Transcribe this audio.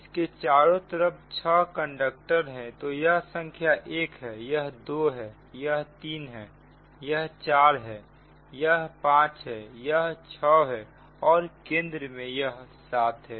इसके चारों तरफ 6 कंडक्टर हैं तो यह संख्या 1 है यह 2 है यह 3 है यह 4 है यह 5 है यह 6 है और केंद्र में यह 7 है